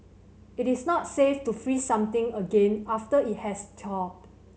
it is not safe to freeze something again after it has thawed